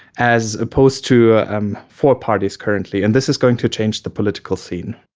as opposed to ah um four parties currently, and this is going to change the political scene.